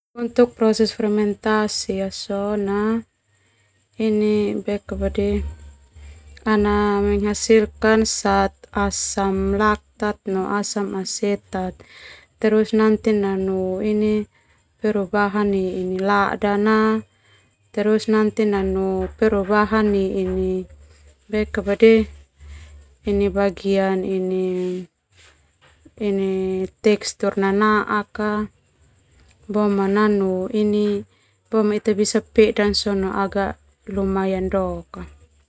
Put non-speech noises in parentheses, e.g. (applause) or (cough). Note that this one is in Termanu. Untuk proses fermentasi (hesitation) sona ana menghasilkan zat asam laktat no asam asetat boma nanu perubahan nai lada na boma nanu perubahan (hesitation) nai bagian tekstur nanaak boma nanu ini ita bisa pedan sona lumayan dok.